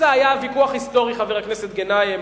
חבר הכנסת גנאים,